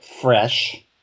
fresh